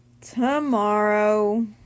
tomorrow